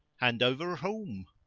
hand over whom?